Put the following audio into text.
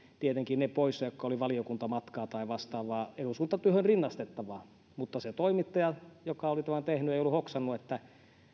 tietenkin ne poissaolot jotka olivat valiokuntamatkaa tai vastaavaa eduskuntatyöhön rinnastettavaa mutta se toimittaja joka oli tämän tehnyt ei ollut hoksannut että